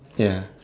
ya